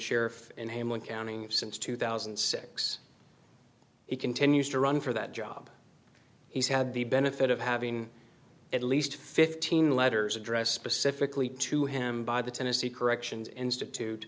sheriff in hamlin counting since two thousand and six he continues to run for that job he's had the benefit of having at least fifteen letters addressed specifically to him by the tennessee corrections institute